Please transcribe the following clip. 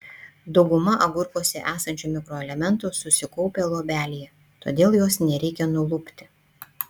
dauguma agurkuose esančių mikroelementų susikaupę luobelėje todėl jos nereikia nulupti